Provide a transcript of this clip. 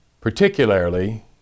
particularly